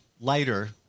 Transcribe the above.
lighter